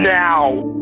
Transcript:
now